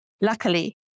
Luckily